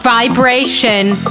Vibration